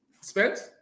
Spence